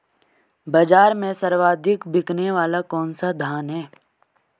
बाज़ार में सर्वाधिक बिकने वाला कौनसा धान है?